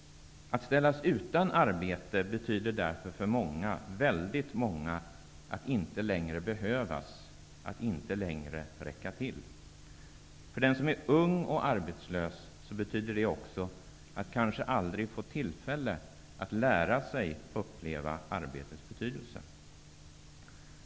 Att ställas utan arbete betyder därför för många att de inte längre behövs och inte längre räcker till. För den som är ung betyder arbetslösheten att han eller hon kanske aldrig får tillfälle att lära sig uppleva arbetets betydelse.